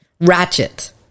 Ratchet